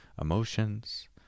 emotions